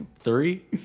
Three